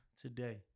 today